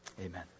Amen